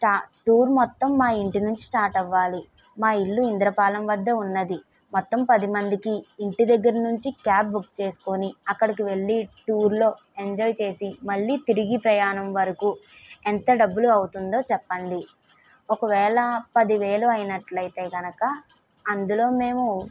స్టా టూర్ మొత్తం మా ఇంటి నుంచి స్టార్ట్ అవ్వాలి మా ఇల్లు ఇంద్రపాలెం వద్ద ఉన్నది మొత్తం పదిమందికి ఇంటి దగ్గర నుంచి క్యాబ్ బుక్ చేసుకొని అక్కడికి వెళ్లి టూర్లో ఎంజాయ్ చేసి మళ్ళీ తిరిగి ప్రయాణం వరకు ఎంత డబ్బులు అవుతుందో చెప్పండి ఒకవేళ పదివేలు అయినట్లయితే కనుక అందులో మేము